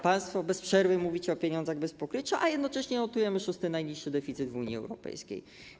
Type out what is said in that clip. Państwo bez przerwy mówicie o pieniądzach bez pokrycia, a jednocześnie notujemy 6. najniższy deficyt w Unii Europejskiej.